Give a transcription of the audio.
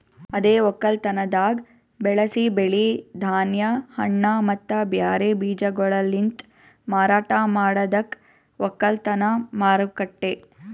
ಅದೇ ಒಕ್ಕಲತನದಾಗ್ ಬೆಳಸಿ ಬೆಳಿ, ಧಾನ್ಯ, ಹಣ್ಣ ಮತ್ತ ಬ್ಯಾರೆ ಬೀಜಗೊಳಲಿಂತ್ ಮಾರಾಟ ಮಾಡದಕ್ ಒಕ್ಕಲತನ ಮಾರುಕಟ್ಟೆ